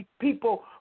people